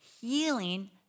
healing